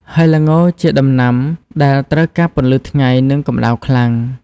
ហើយល្ងជាដំណាំដែលត្រូវការពន្លឺថ្ងៃ និងកម្តៅខ្លាំង។